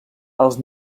els